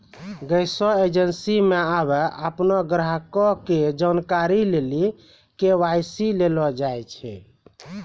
गैसो एजेंसी मे आबे अपनो ग्राहको के जानकारी लेली के.वाई.सी लेलो जाय छै